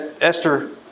Esther